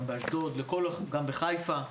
אשדוד וחיפה.